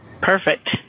Perfect